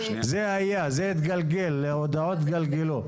זה היה, זה התגלגל, הודעות התגלגלו.